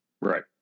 right